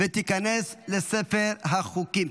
ותיכנס לספר החוקים.